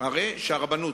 הכשרות.